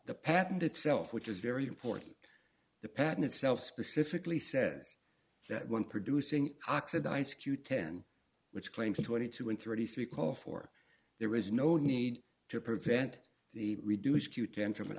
the patent itself which is very important the patent itself specifically says that one producing oxidize q ten which claims twenty two and thirty three call for there is no need to prevent the redos q ten from an